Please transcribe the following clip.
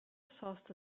sosta